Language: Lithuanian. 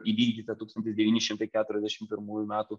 įvykdytą tūkstantis devyni šimtai keturiasdešim pirmųjų metų